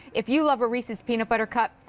if you love a reese's peanut buttercup,